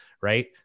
right